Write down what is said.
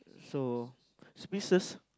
so speechless